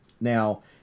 Now